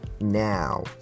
now